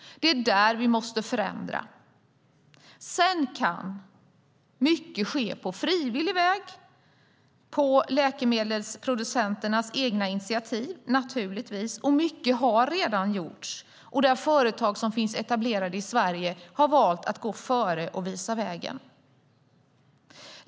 Det är där vi måste förändra. Sedan kan mycket ske på frivillig väg, på läkemedelsproducenternas egna initiativ naturligtvis, och mycket har redan gjorts. Företag som är etablerade i Sverige har valt att gå före och visa vägen.